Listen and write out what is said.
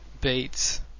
beats